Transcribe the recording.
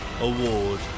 award